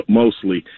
mostly